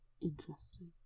Interesting